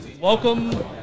Welcome